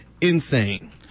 insane